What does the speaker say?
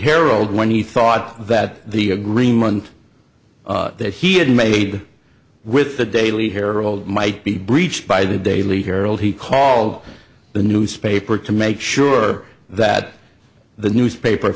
herald when he thought that the agreement that he had made with the daily herald might be breached by the daily herald he called the newspaper to make sure that the newspaper